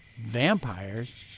Vampires